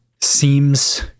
seems